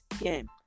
game